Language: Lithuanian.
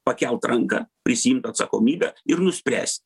pakelt ranką prisiimt atsakomybę ir nuspręst